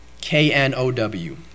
K-N-O-W